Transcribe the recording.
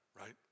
right